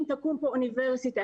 אם תקום פה אוניברסיטה,